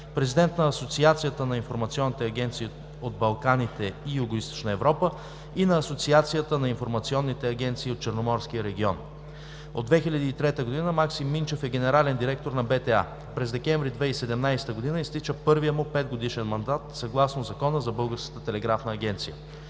президент на Асоциацията на информационните агенции от Балканите и Югоизточна Европа, и на Асоциацията на информационните агенции от Черноморския регион. От 2003 г. Максим Минчев е генерален директор на БТА. През декември 2017 г. изтича първият му 5-годишен мандат, съгласно Закона за